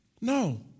No